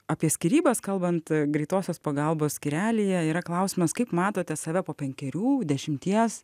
apie skyrybas kalbant greitosios pagalbos skyrelyje yra klausimas kaip matote save po penkerių dešimties